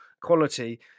quality